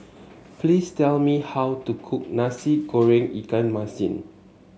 please tell me how to cook Nasi Goreng Ikan Masin